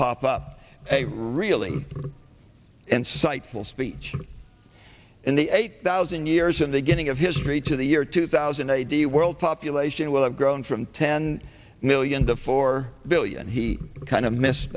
pop up a really insightful speech in the eight thousand years of the getting of history to the year two thousand id world population will have grown from ten million to four billion he kind of miss